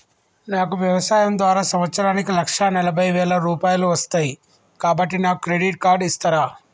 నాకు వ్యవసాయం ద్వారా సంవత్సరానికి లక్ష నలభై వేల రూపాయలు వస్తయ్, కాబట్టి నాకు క్రెడిట్ కార్డ్ ఇస్తరా?